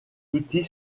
outils